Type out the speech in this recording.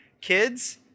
kids